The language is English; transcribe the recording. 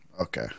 Okay